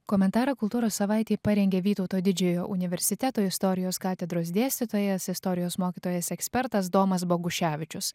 komentarą kultūros savaitei parengė vytauto didžiojo universiteto istorijos katedros dėstytojas istorijos mokytojas ekspertas domas boguševičius